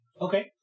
Okay